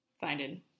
finding